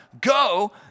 Go